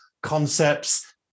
concepts